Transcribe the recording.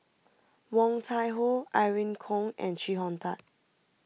Woon Tai Ho Irene Khong and Chee Hong Tat